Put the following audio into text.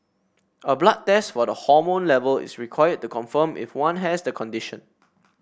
a blood test for the hormone level is required to confirm if one has the condition